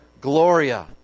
Gloria